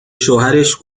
شوهرش